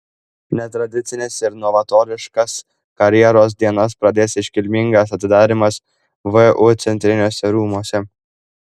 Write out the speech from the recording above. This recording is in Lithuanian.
netradicines ir novatoriškas karjeros dienas pradės iškilmingas atidarymas vu centriniuose rūmuose